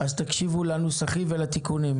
אז תקשיבו לנוסחים ולתיקונים.